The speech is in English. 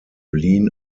lean